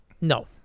No